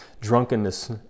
drunkenness